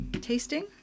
tasting